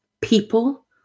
people